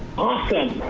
awesome.